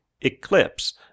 Eclipse